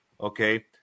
okay